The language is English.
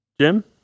Jim